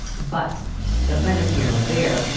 but that's neither here nor there,